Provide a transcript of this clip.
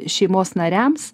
šeimos nariams